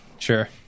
sure